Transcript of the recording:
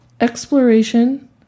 Exploration